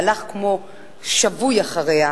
והלך כמו שבוי אחריה,